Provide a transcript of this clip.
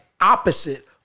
opposite